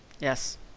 Yes